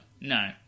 No